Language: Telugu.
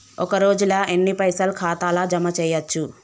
ఒక రోజుల ఎన్ని పైసల్ ఖాతా ల జమ చేయచ్చు?